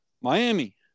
Miami